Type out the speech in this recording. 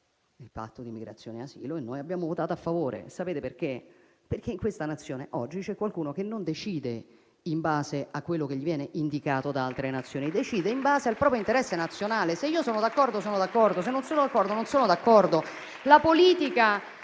il patto di migrazione e asilo, mentre noi abbiamo votato a favore, perché in questa Nazione oggi c'è qualcuno che non decide in base a quello che gli viene indicato da altre Nazioni, ma al proprio interesse nazionale. Se io sono d'accordo, sono d'accordo; se non sono d'accordo, non sono d'accordo.